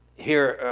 here,